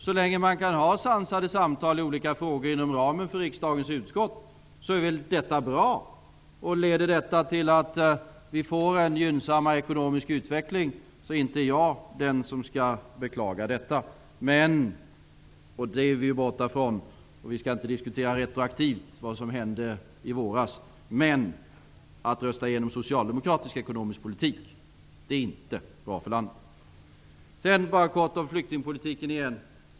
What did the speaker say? Så länge man kan ha sansade samtal i olika frågor inom ramen för riksdagens utskott är det väl bra. Och leder detta till att vi får en gynnsammare ekonomisk utveckling är jag inte den som skall beklaga det. Men -- det har vi kommit bort från, och vi skall inte diskutera retroaktivt det som hände i våras -- att rösta igenom socialdemokratisk ekonomisk politik är inte bra för landet. Sedan helt kort tillbaka till flyktingpolitiken.